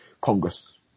Congress